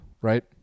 right